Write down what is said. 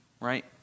right